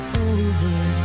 over